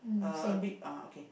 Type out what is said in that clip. uh a bit uh okay